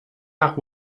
nach